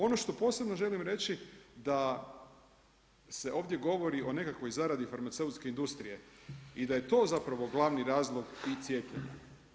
Ono što posebno želim reći da se ovdje govori o nekakvoj zaradi farmaceutske industrije i da je to zapravo glavni razlog tih cijepljenja.